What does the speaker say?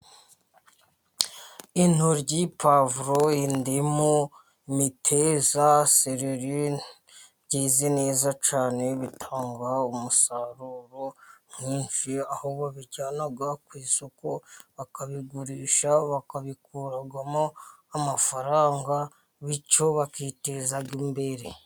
Intoryi, puwavuro, indimu, imiteja, sereri, byeze neza cyane bitanga umusaruro mwinshi, aho bijyanwa ku isoko bakabigurisha, bakabikuramo amafaranga, bityo bakiteza imbere.